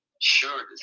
Sure